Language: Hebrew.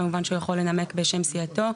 כמובן שהוא יכול לנמק בשם סיעתו.